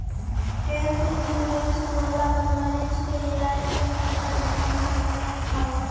health insurance होला पर मरीज के इलाज के खर्चा बीमा कंपनी उठावऽ हई